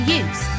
use